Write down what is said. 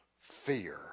Fear